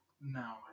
No